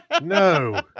no